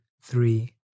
three